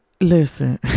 listen